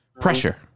pressure